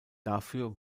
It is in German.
dafür